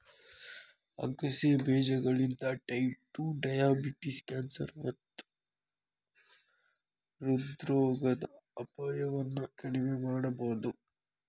ಆಗಸೆ ಬೇಜಗಳಿಂದ type two diabetes, cancer ಮತ್ತ ಹೃದ್ರೋಗದ ಅಪಾಯವನ್ನ ಕಡಿಮಿ ಮಾಡಬೋದು